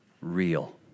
real